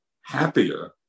happier